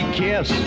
kiss